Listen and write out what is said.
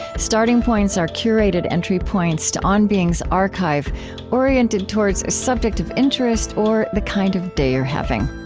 starting points are curated entry points to on being's archive oriented towards a subject of interest or the kind of day you're having.